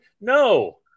No